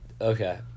Okay